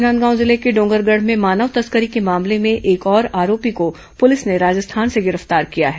राजनांदगांव जिले के डोंगरगढ़ में मानव तस्करी के मामले में एक और आरोपी को पुलिस ने राजस्थान से गिरफ्तार किया है